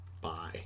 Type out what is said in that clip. bye